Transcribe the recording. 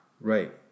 Right